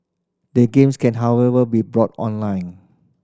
the games can however be bought online